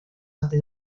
antes